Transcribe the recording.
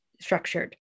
structured